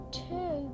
two